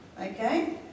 Okay